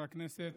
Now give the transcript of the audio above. חברת כנסת